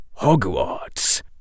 Hogwarts